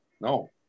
No